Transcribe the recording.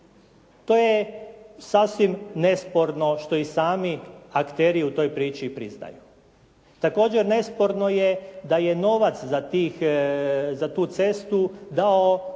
To je sasvim nesporno što i sami akteri u toj priči priznaju. Također nesporno je da je novac za tu cestu dala